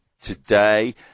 today